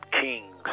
kings